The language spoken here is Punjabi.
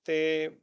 ਅਤੇ